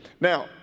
Now